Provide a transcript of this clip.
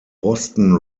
boston